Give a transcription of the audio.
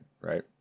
right